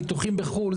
ניתוחים בחו"ל,